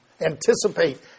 anticipate